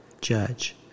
judge